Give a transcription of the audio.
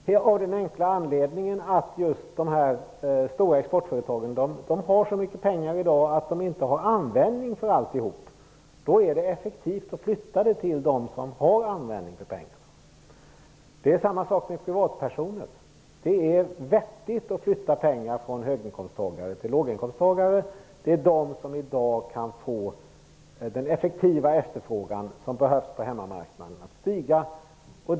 Det är av den enkla anledningen att just dessa stor exportföretag har så mycket pengar i dag att de inte har användning för allt. Då är det effektivt att flytta det här till dem som har användning för pengarna. Detsamma gäller privatpersoner. Det är vettigt att flytta pengar från höginkomsttagare till låginkomsttagare. Det är de som i dag kan få den effektiva efterfrågan som behövs på hemmamarknaden att stiga.